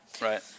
right